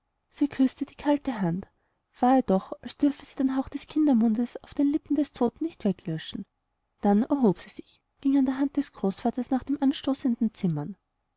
sie küßte die kalte hand war ihr doch als dürfe sie den hauch des kindermundes auf den lippen des toten nicht weglöschen dann erhob sie sich und ging an der hand des großvaters nach den anstoßenden zimmern